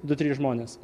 du trys žmonės